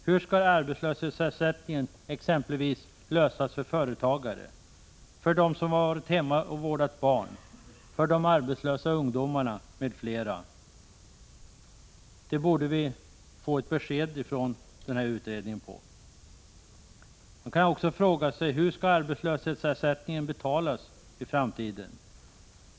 Hur skall frågan om arbetslöshetsersättningen lösas för exempelvis företagare, för dem som har varit hemma och vårdat sina barn eller för arbetslösa ungdomar? Därom borde vi få ett besked från nämnda utredning. Man kan också fråga sig hur arbetslöshetsersättningen skall betalas i framtiden.